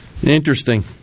Interesting